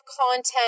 content